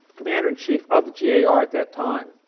commander-in-chief of the gar at that time